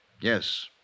Yes